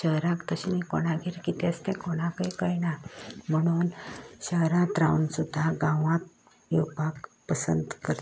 शहराक तशें न्ही कोणागेर कितें आसा तें कोणाक कळना म्हणून शहरांत रावन सुद्धा गांवांक येवपाक पसंद करतात